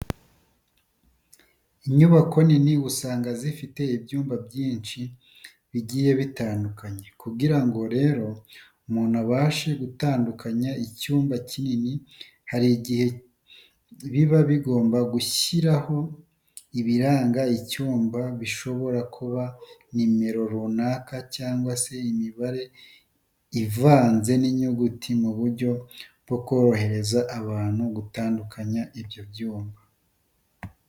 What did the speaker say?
Inyubako nini usanga zifite ibyumba byinshi bigiye bitandukanye, kugira ngo rero umuntu abashe gutandukanya icyumba n'ikindi hari igihe biba ngombwa gushyiraho ibiranga icyumba bishobora kuba nomero runaka cyangwa se imibare ivanze n'inyuguti mu buryo bwo korohereza abantu gutandukanya ibyo byumba.